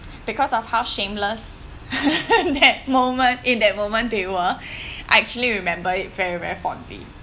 because of how shameless that moment in that moment they were actually remember it very very fondly